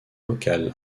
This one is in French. local